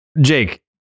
Jake